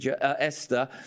Esther